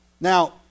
Now